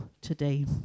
today